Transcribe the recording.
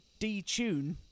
detune